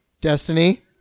Destiny